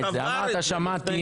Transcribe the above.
שמעתי.